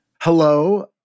Hello